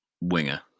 winger